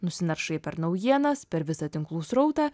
nusinaršai per naujienas per visą tinklų srautą